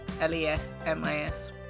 l-e-s-m-i-s